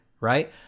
right